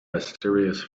mysterious